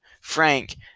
Frank